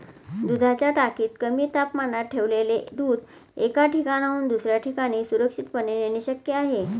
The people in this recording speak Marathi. दुधाच्या टाकीत कमी तापमानात ठेवलेले दूध एका ठिकाणाहून दुसऱ्या ठिकाणी सुरक्षितपणे नेणे शक्य आहे